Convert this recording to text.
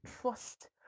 trust